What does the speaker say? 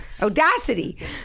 audacity